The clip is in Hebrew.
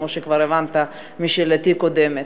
כפי שכבר הבנת משאלתי הקודמת.